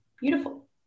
beautiful